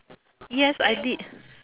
yes I did